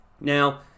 Now